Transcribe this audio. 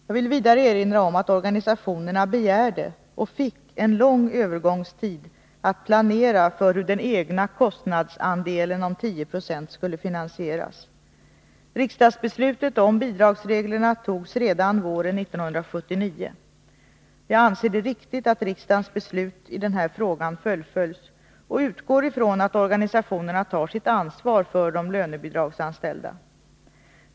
Jag vill vidare erinra om att organisationerna begärde och fick en lång övergångstid att planera för hur den egna kostnadsandelen om 10 96 skulle finansieras. Riksdagsbeslutet om bidragsreglerna togs redan våren 1979. Jag anser det riktigt att riksdagens beslut i den här frågan fullföljs och utgår ifrån 101 att organisationerna tar sitt ansvar för de lönebidragsanställda.